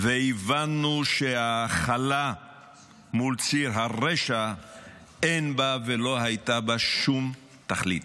והבנו שההכלה מול ציר הרשע אין בה ולא הייתה בה שום תכלית.